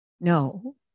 No